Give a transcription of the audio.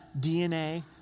DNA